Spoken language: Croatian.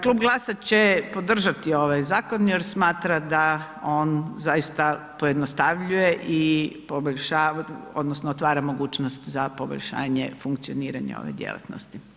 Klub GLAS-a će podržati ovaj zakon jer smatra da on zaista pojednostavljuje i poboljšava odnosno otvara mogućnost za poboljšanje funkcioniranja ove djelatnosti.